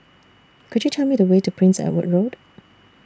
Could YOU Tell Me The Way to Prince Edward Road